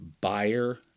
Buyer